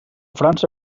frança